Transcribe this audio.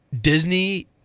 Disney